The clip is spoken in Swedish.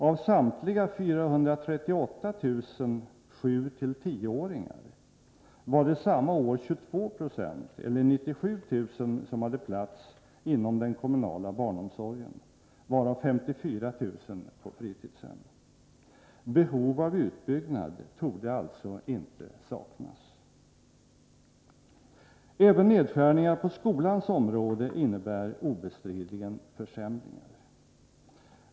Av samtliga 438 000 7-10-åringar var det samma år 22 26, eller 97 000, som hade plats inom den kommunala barnomsorgen, varav 54000 på fritidshem. Behov av utbyggnad torde alltså inte saknas. Även nedskärningar på skolans område innebär obestridligen försämringar.